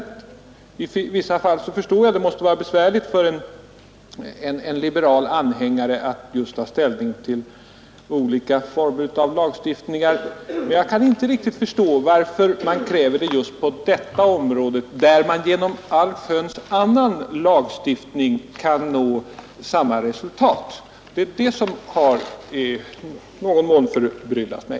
Jag förstår att det i vissa fall måste vara besvärligt för en liberal anhängare att ta ställning till olika former av lagstiftning. Men jag kan inte riktigt förstå varför man kräver sådan just på detta område, när man genom allsköns annan lagstiftning kan nå samma resultat. Det är det som i någon mån har förbryllat mig.